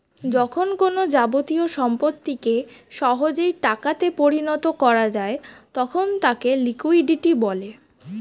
যখন কোনো যাবতীয় সম্পত্তিকে সহজেই টাকা তে পরিণত করা যায় তখন তাকে লিকুইডিটি বলে